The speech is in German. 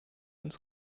uns